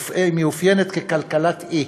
מאופיינת כ"כלכלת אי".